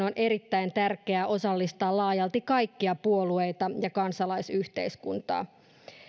on erittäin tärkeää osallistaa laajalti kaikkia puolueita ja kansalaisyhteiskuntaa